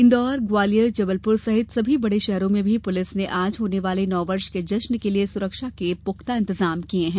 इन्दौर ग्वालियर जबलपुर सहित सभी बड़े शहरों में भी पुलिस ने आज होने वाले नववर्ष के जश्न के लिए सुरक्षा के पुख्ता इंतजाम किये हैं